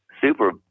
super